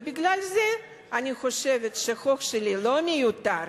ובגלל זה אני חושבת שהחוק שלי לא מיותר,